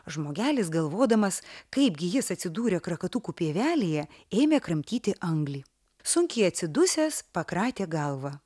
žmogelis galvodamas kaipgi jis atsidūrė krakatukų pievelėje ėmė kramtyti anglį sunkiai atsidusęs pakratė galvą